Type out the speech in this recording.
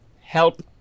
help